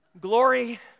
Glory